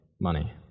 Money